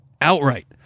outright